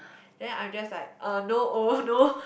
then I'm just like uh no oh no